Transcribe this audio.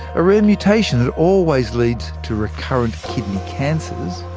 a rare mutation that always leads to recurrent kidney cancers,